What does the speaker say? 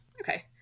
Okay